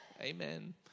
Amen